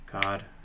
God